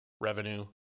revenue